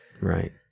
right